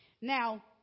Now